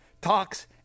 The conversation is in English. talks